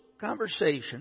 conversation